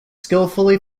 skillfully